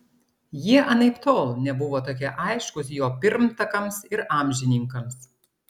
jie anaiptol nebuvo tokie aiškūs jo pirmtakams ir amžininkams